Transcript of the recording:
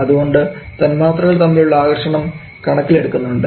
അതുകൊണ്ട് തന്മാത്രകൾ തമ്മിലുള്ള ആകർഷണം കണക്കിൽ എടുക്കുന്നുണ്ട്